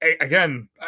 again